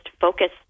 focus